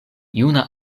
juna